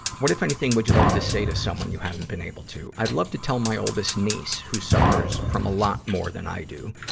what, if anything, would you like to say to someone you haven't been able to? i'd love to tell my oldest niece, who suffers from a lot more than i do,